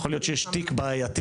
יכול להיות שיש תיק בעייתי,